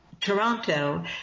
Toronto